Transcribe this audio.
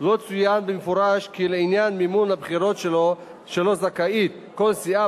לא צוין במפורש כי לעניין מימון הבחירות שלו זכאית כל סיעה